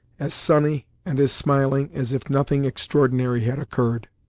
as sunny and as smiling as if nothing extraordinary had occurred.